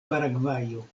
paragvajo